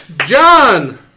John